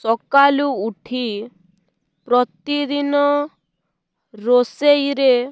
ସକାଲୁ ଉଠି ପ୍ରତିଦିନ ରୋଷେଇରେ